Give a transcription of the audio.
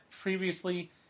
previously